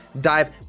dive